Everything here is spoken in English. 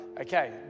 okay